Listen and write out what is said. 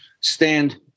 stand